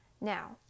Now